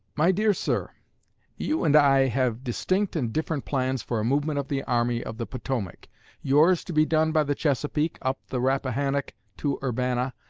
my dear sir you and i have distinct and different plans for a movement of the army of the potomac yours to be done by the chesapeake, up the rappahannock to urbana,